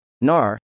NAR